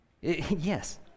Yes